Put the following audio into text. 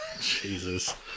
Jesus